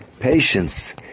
patience